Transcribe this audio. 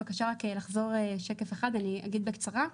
אני אגיד בקצרה,